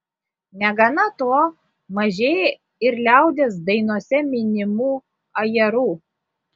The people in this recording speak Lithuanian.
negana to mažėja ir liaudies dainose minimų ajerų